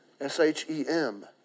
S-H-E-M